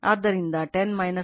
ಆದ್ದರಿಂದ 10 1